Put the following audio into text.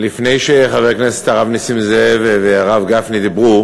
לפני שחבר הכנסת הרב נסים זאב והרב גפני דיברו,